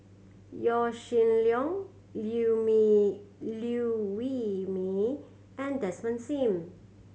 Yaw Shin Leong Liew Wee Liew Wee Mee and Desmond Sim